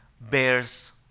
bears